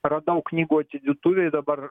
radau knygų aidėtuvėj dabar